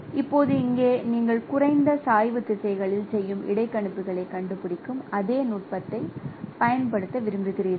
எனவே இப்போது இங்கே நீங்கள் குறைந்த சாய்வு திசைகளில் செய்யும் இடைக்கணிப்புகளைக் கண்டுபிடிக்கும் அதே நுட்பத்தைப் பயன்படுத்த விரும்புகிறீர்கள்